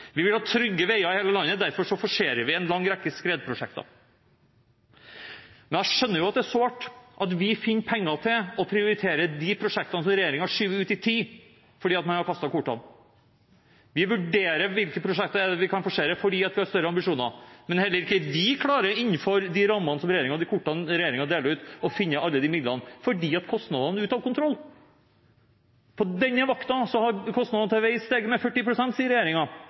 Vi vil ha trygge veier i hele landet, derfor forserer vi en lang rekke skredprosjekter. Men jeg skjønner at det er sårt at vi finner penger til å prioritere de prosjektene som regjeringen skyver ut i tid, fordi man har kastet kortene. Vi vurderer hvilke prosjekter det er vi kan forsere, fordi vi har større ambisjoner. Men heller ikke vi klarer innenfor de rammene som regjeringen har, og de kortene regjeringen deler ut, å finne alle de midlene, fordi kostnadene er ute av kontroll. På denne vakten har kostnadene til vei steget med